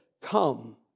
come